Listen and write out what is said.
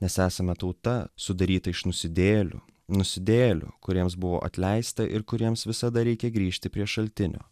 nes esame tauta sudaryta iš nusidėjėlių nusidėjėlių kuriems buvo atleista ir kuriems visada reikia grįžti prie šaltinio